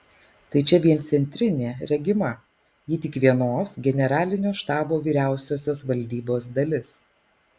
tai čia vien centrinė regima ji tik vienos generalinio štabo vyriausiosios valdybos dalis